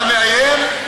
אתה מאיים?